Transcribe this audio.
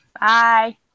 Bye